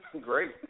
Great